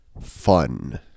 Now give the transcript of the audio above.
fun